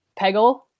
Peggle